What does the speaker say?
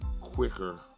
quicker